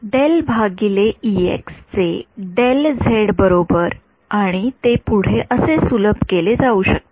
del भागिले EX चे del Z बरोबर आणि ते पुढे असे सुलभ केले जाऊ शकते